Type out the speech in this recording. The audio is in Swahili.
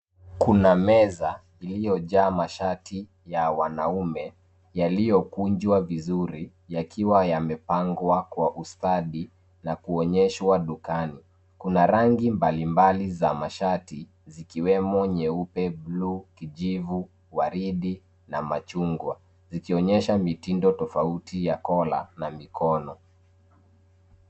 Kuna meza iliyojaa mashati ya wanaume yaliyokunjwa vizuri yakiwa yamepangwa kwa ustadi na kuonyeshwa dukani. Kuna rangi mbalimbali za mashati zikiwemo nyeupe, blue , kijivu, waridi na machungwa zikionyesha mitindo tofauti ya collar na mikono.